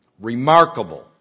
Remarkable